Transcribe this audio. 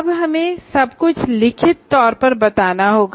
अब हमें सब कुछ लिखित तौर पर बताना होगा